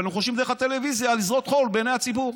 אבל הם חושבים דרך הטלוויזיה לזרות חול בעיני הציבור.